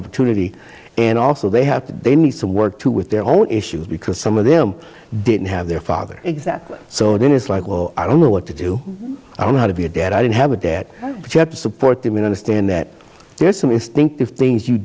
opportunity and also they have to they need some work too with their own issues because some of them didn't have their father exactly so then it's like well i don't know what to do i don't know how to be a dad i don't have a dad but you have to support him in understand that there's some instinctive things you